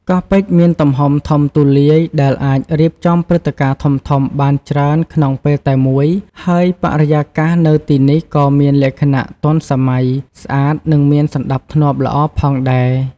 កោះពេជ្រមានទំហំធំទូលាយ ដែលអាចរៀបចំព្រឹត្តិការណ៍ធំៗបានជាច្រើនក្នុងពេលតែមួយ ហើយបរិយាកាសនៅទីនេះក៏មានលក្ខណៈទាន់សម័យ ស្អាត និងមានសណ្ដាប់ធ្នាប់ល្អផងដែរ។